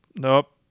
nope